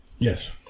Yes